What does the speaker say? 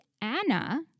Anna